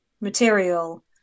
material